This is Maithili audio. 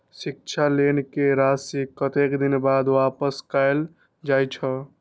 शिक्षा लोन के राशी कतेक दिन बाद वापस कायल जाय छै?